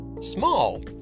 Small